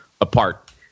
apart